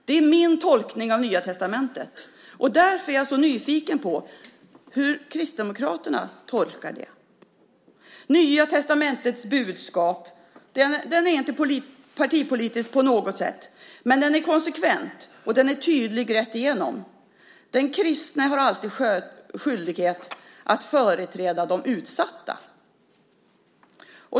Det är min tolkning av Nya testamentet, och därför är jag nyfiken på hur Kristdemokraterna tolkar det. Nya testamentets budskap är inte partipolitiskt på något sätt men det är konsekvent och det är tydligt rätt igenom. Den kristne har alltid skyldighet att företräda de utsatta.